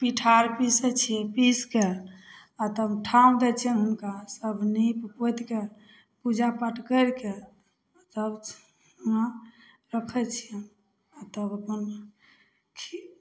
पिठार पिसै छिए पीसिकऽ आओर तब ठाँउ दै छिअनि हुनकासभ नीपि पोतिके पूजा पाठ करिके आओर जब ओना रखै छिए आओर तब अपन खी